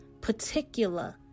particular